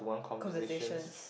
conversations